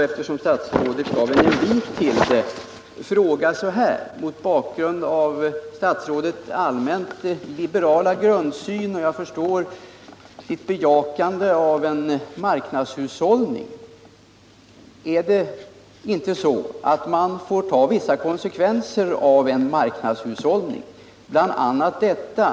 Eftersom statsrådet gav en invit till det vill jag ändå fråga, mot bakgrund av statsrådets allmänna liberala grundsyn och som jag förstår bejakande av en marknadshushållning: Är det inte så, att man får ta vissa konsekvenser av en marknadshushållning? Bl.